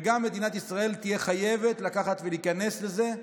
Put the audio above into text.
וגם מדינת ישראל תהיה חייבת לקחת ולהיכנס לזה.